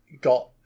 got